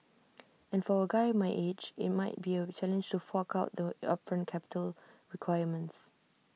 and for A guy my age IT might be A challenge for fork out the upfront capital requirements